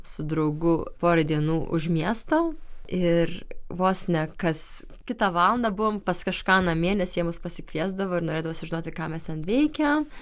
su draugu porai dienų už miesto ir vos ne kas kitą valandą buvom pas kažką namie nes jie mus pasikviesdavo ir norėdavo sužinoti ką mes ten veikiam